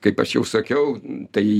kaip aš jau sakiau tai